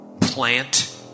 plant